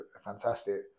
fantastic